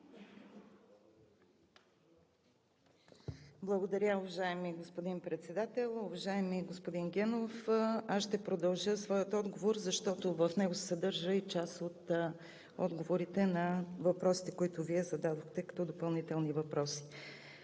Благодаря, уважаеми господин Председател. Уважаеми господин Генов, аз ще продължа своя отговор, защото в него се съдържа и част от отговорите на въпросите, които зададохте допълнително.